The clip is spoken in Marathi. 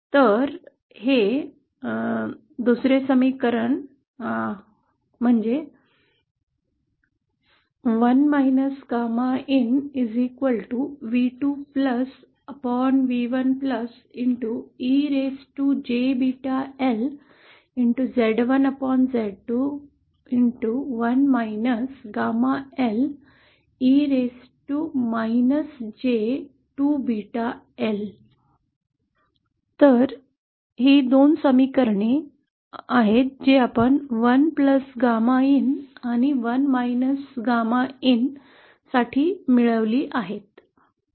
तर हे 2 समीकरणे आहेत जे आपण 1 GAMAin आणि 1 GAMAin साठी मिळवली आहेत